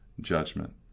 judgment